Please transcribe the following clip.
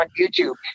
YouTube